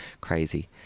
crazy